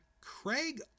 Craig